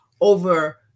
over